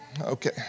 Okay